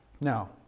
Now